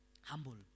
Humble